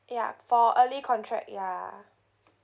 ya for early contract ya